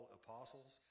apostles